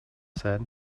said